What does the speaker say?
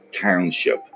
Township